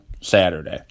Saturday